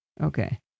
Okay